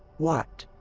what?